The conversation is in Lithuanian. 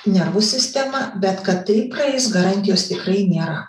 nervų sistemą bet kad tai praeis garantijos tikrai nėra